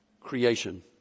creation